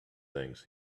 things